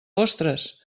ostres